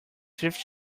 thrift